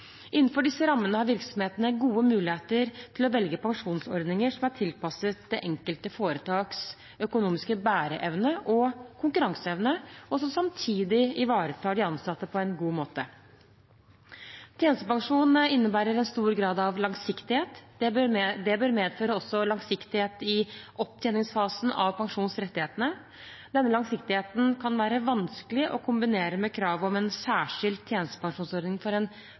Innenfor disse rammene har virksomhetene gode muligheter til å velge pensjonsordninger som er tilpasset det enkelte foretaks økonomiske bæreevne og konkurranseevne, og som samtidig ivaretar de ansatte på en god måte. Tjenestepensjon innebærer en stor grad av langsiktighet. Det bør medføre også langsiktighet i opptjeningsfasen av pensjonsrettighetene. Denne langsiktigheten kan være vanskelig å kombinere med krav om en særskilt tjenestepensjonsordning for